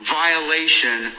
violation